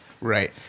right